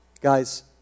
Guys